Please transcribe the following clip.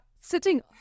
sitting